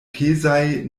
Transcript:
pezaj